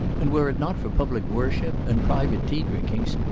and were it not for public worship, and private tea drinkings,